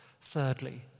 Thirdly